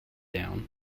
down